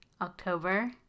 october